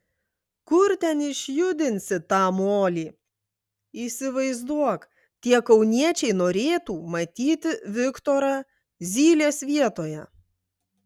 kur ten išjudinsi tą molį įsivaizduok tie kauniečiai norėtų matyti viktorą zylės vietoje